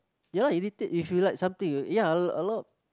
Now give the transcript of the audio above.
ya lah if you like something y~ ya a lot